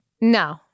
no